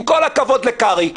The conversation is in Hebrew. עם כל הכבוד לקרעי,